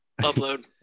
upload